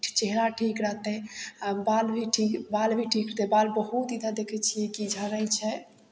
कि चेहरा ठीक रहतै आ बाल भी ठीक बाल भी ठीक रहतै बाल बहुत इधर देखै छियै कि झड़ै छै